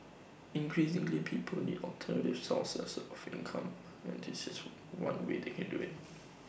increasingly people need alternative sources of income and this is one way they can do IT